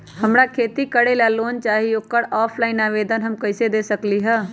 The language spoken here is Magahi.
हमरा खेती करेला लोन चाहि ओकर ऑफलाइन आवेदन हम कईसे दे सकलि ह?